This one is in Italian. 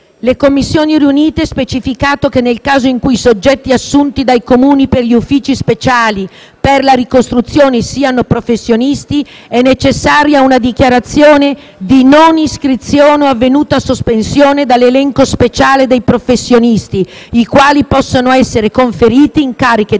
euro per il 2020; - specificato che, nel caso in cui i soggetti assunti dai Comuni per gli Uffici speciali per la ricostruzione siano professionisti, è necessaria una dichiarazione di non iscrizione, o avvenuta sospensione, dall'elenco speciale dei professionisti ai quali possono essere conferiti incarichi di